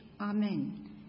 Amen